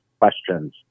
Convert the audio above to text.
questions